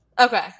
Okay